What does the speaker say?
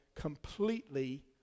completely